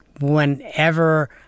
whenever